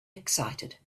excited